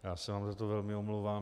Já se vám za to velmi omlouvám.